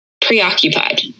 preoccupied